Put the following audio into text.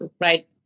right